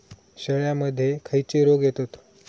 शेळ्यामध्ये खैचे रोग येतत?